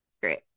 great